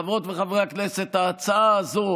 חברות וחברי הכנסת, ההצעה הזו